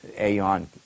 Aeon